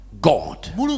God